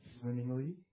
swimmingly